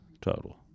total